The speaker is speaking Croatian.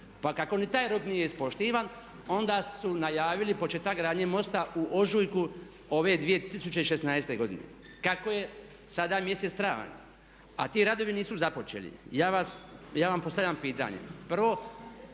Pa kako ni taj rok nije ispoštivan onda su najavili početak gradnje mosta u ožujku ove 2016. godine. Kako je sada mjesec travanj a ti radovi nisu započeli, ja vam postavljam pitanje.